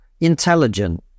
intelligent